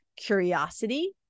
Curiosity